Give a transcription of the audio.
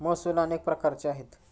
महसूल अनेक प्रकारचे आहेत